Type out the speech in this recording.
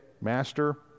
Master